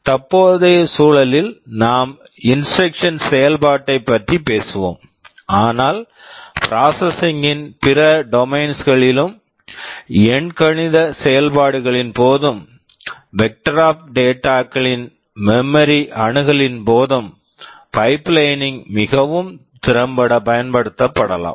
தற்போதைய சூழலில் நாம் இன்ஸ்ட்ரக்க்ஷன் instruction செயல்பாட்டைப் பற்றிப் பேசுவோம் ஆனால் ப்ராசஸிங் processing ன் பிற டொமைன்ஸ் domains களிலும் எண்கணித செயல்பாடுகளின் போதும் vector vector app of data data களின் மெமரி அணுகலின் போதும் பைப்லைனிங் pipelining மிகவும் திறம்பட பயன்படுத்தப்படலாம்